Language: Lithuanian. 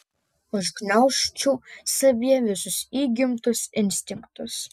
užgniaužčiau savyje visus įgimtus instinktus